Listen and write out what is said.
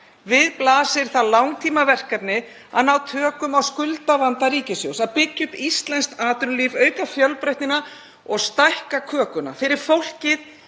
Við blasir það mikla langtímaverkefni að ná tökum á skuldavanda ríkissjóðs, að byggja upp íslenskt atvinnulíf, auka fjölbreytnina og stækka kökuna fyrir fólkið,